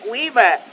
Weaver